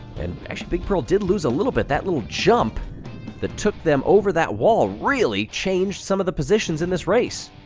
and actually big pearl did lose a little bit, that little jump that took them over that wall really changed some of the positions in this race.